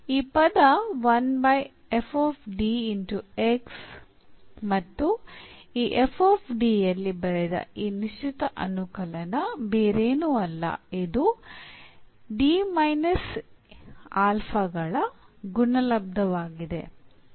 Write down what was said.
ಈ ಪದ ಮತ್ತು ಈ ಯಲ್ಲಿ ಬರೆದ ಈ ನಿಶ್ಚಿತ ಅನುಕಲನ ಬೇರೇನು ಅಲ್ಲ ಇದು ಗಳ ಗುಣಲಬ್ದವಾಗಿದೆ